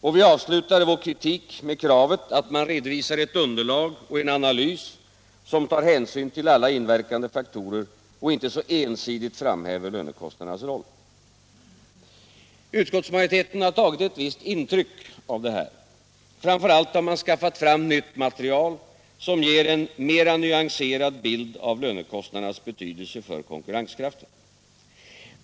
Och vi avslutade vår kritik med kravet att man redovisar ett underlag och en analys som tar hänsyn till alla inverkande faktorer och inte så ensidigt framhäver lönekostnadernas roll. Utskottsmajoriteten har tagit ett visst intryck av detta. Framför allt har man skaffat fram nytt material, som ger en mera nyanserad bild av lönekostnadernas betydelse för konkurrenskraften.